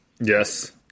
Yes